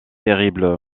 terrible